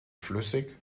flüssig